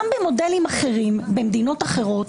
גם במודלים אחרים במדינות אחרות,